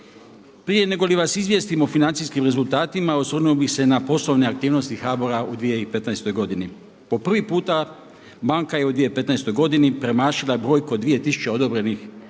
Prije nego li vas izvijestim o financijskim rezultatima osvrnuo bi se na poslovne aktivnosti HBOR-a u 2015. godini. Po prvi puta banka je u 2015. premašila brojku od 2000 odobrenih kredita